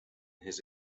his